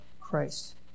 Christ